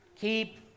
Keep